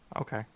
Okay